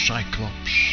Cyclops